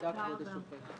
תודה, כבוד השופט.